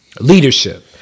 Leadership